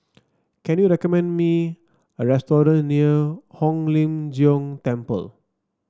can you recommend me a restaurant near Hong Lim Jiong Temple